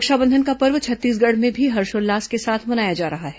रक्षाबंधन का पर्व छत्तीसगढ़ में भी हर्षोल्लास के साथ मनाया जा रहा है